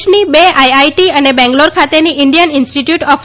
દેશની બે આઈઆઈટી અને બેંગ્લોર ખાતેની ઇરેન્ડયન ઇરેન્સ્ટટ્યૂટ ઓફ